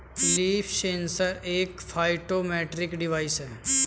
leaf sensor एक phytometric device है